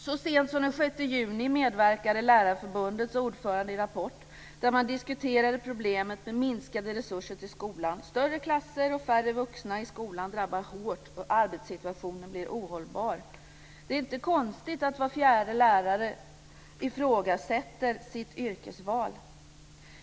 Så sent som den 6 juni medverkade Lärarförbundets ordförande i Rapport, där man diskuterade problemet med minskade resurser till skolan. Större klasser och färre vuxna i skolan drabbar hårt och arbetssituationen blir ohållbar. Det är inte konstigt att var fjärde lärare ifrågasätter sitt yrkesval.